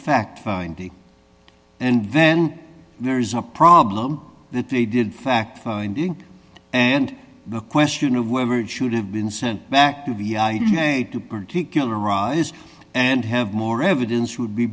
fact finding and then there is a problem that they did fact finding and the question of whether it should have been sent back to be made to particularize and have more evidence would be